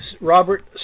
Robert